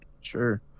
Sure